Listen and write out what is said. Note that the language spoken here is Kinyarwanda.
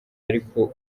ariko